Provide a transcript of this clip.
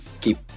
keep